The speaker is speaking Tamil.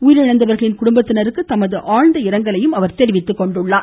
உயிரிழந்தவர்களின் குடும்பத்தினருக்கு தமது ஆழ்ந்த இரங்கலையும் அவர் தெரிவித்துக் கொண்டுள்ளார்